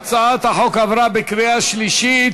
הצעת החוק עברה בקריאה שלישית